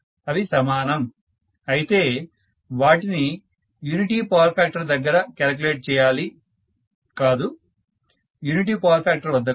అవి సమానం అయితే వాటిని యూనిటీ పవర్ ఫ్యాక్టర్ దగ్గర కాలిక్యులేట్ చేయాలి కాదు యూనిటీ పవర్ ఫ్యాక్టర్ వద్ద కాదు